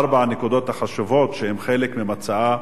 ארבע הנקודות החשובות שהן חלק ממצעה